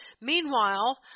Meanwhile